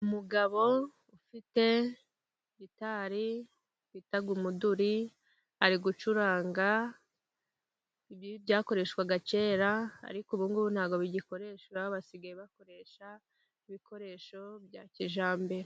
Umugabo ufite gitari bita umuduri ari gucuranga, ibi byakoreshwaga kera, ariko ubu ngubu ntabwo bigikoreshwa, basigaye bakoresha ibikoresho bya kijyambere.